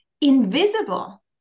invisible